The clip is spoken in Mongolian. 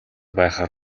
байхаар